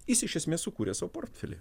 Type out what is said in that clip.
jis iš esmės sukūrė sau portfelį